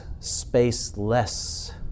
spaceless